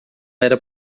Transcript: era